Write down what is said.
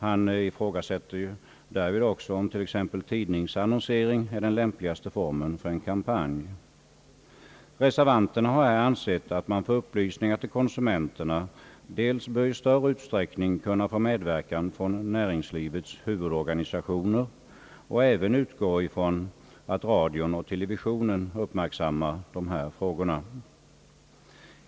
Han ifrågasätter därvid om t.ex. tidningsannonsering är den lämpligaste formen för en kampanj. Reservanterna har härvid ansett att man för upplysningar till konsumenterna dels bör i större utsträckning kunna få medverkan från näringslivets organisationer och utgår även ifrån att radion och televisionen uppmärksammar dessa frågor.